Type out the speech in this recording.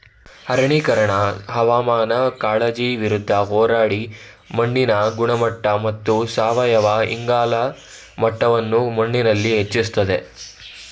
ಅರಣ್ಯೀಕರಣ ಹವಾಮಾನ ಕಾಳಜಿ ವಿರುದ್ಧ ಹೋರಾಡಿ ಮಣ್ಣಿನ ಗುಣಮಟ್ಟ ಮತ್ತು ಸಾವಯವ ಇಂಗಾಲ ಮಟ್ಟವನ್ನು ಮಣ್ಣಲ್ಲಿ ಹೆಚ್ಚಿಸ್ತದೆ